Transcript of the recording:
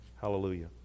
Hallelujah